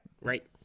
right